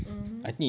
mmhmm